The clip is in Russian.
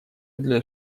для